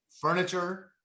furniture